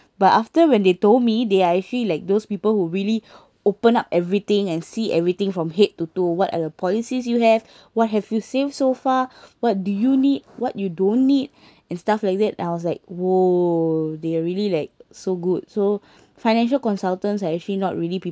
but after when they told me they are actually like those people who really open up everything and see everything from head to toe what are the policies you have what have you saved so far what do you need what you don't need and stuff like that I was like !whoa! they are really like so good so financial consultants are actually not really people